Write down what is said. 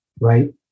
Right